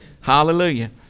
Hallelujah